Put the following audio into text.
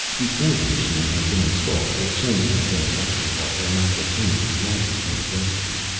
before the machine had been installed, the chamber had been a lecture hall in acquatainia's largest university.